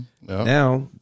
Now